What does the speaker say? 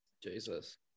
Jesus